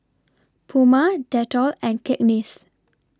Puma Dettol and Cakenis